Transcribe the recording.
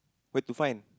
where to find